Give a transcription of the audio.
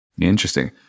Interesting